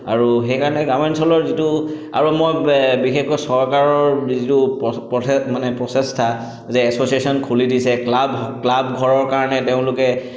আৰু সেইকাৰণে গ্ৰামাঞ্চলৰ যিটো আৰু মই বিশেষকৈ চৰকাৰৰ যিটো মানে প্ৰচেষ্টা যে এছ'চিয়েশ্যন খুলি দিছে ক্লাব ক্লাব ঘৰৰ কাৰণে তেওঁলোকে